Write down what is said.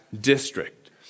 district